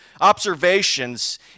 observations